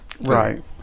Right